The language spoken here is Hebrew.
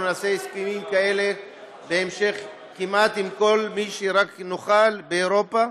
אנחנו נעשה הסכמים כאלה בהמשך כמעט עם כל מי שרק נוכל באירופה.